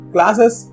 Classes